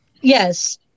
Yes